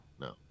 no